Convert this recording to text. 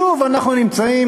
שוב אנחנו נמצאים,